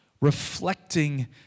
reflecting